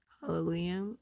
hallelujah